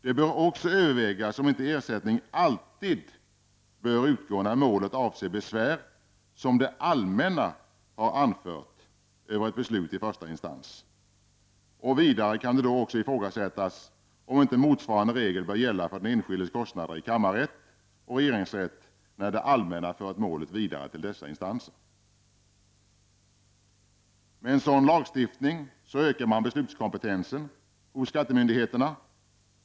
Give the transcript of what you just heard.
Det bör också övervägas om inte ersättning alltid bör utgå när målet avser besvär som det allmänna har anfört över ett beslut i första instans. Vidare kan det ifrågasättas om inte motsvarande regel bör gälla för den enskildes kostnader i kammarrätt och regeringsrätt, när det allmänna fört målet vidare till dessa instanser. Med en sådan lagstiftning ökar man beslutkompetensen hos skattemyndigheterna.